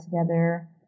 together